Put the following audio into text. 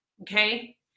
okay